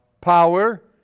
power